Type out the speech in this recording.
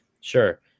Sure